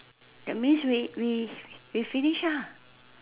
that means we we finish ah